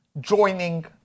joining